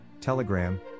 Telegram